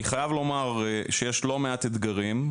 אני חייב לומר שיש לא מעט אתגרים,